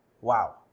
wow